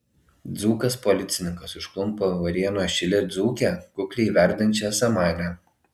dzūkas policininkas užklumpa varėnos šile dzūkę kukliai verdančią samanę